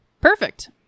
Perfect